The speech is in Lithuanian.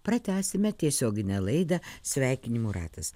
pratęsime tiesioginę laidą sveikinimų ratas